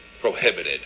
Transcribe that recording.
prohibited